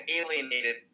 alienated